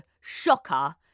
shocker